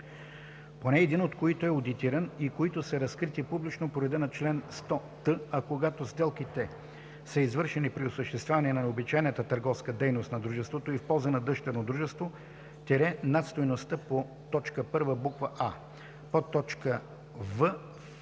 поне един от които е одитиран, и които са разкрити публично по реда на чл. 100т, а когато сделките са извършени при осъществяване на обичайната търговска дейност на дружеството и в полза на дъщерно дружество – над стойността по т. 1, буква „а“;“; в)